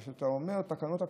בזה שאתה אומר: תקנות הקורונה.